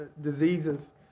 diseases